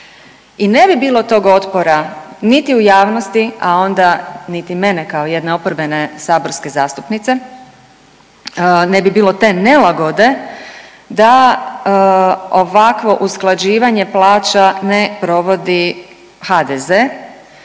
i ne bi bilo tog otpora niti u javnosti, a onda niti mene kao jedne oporbene saborske zastupnice, ne bi bilo te nelagode da ovakvo usklađivanje plaća ne provodi HDZ